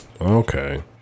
Okay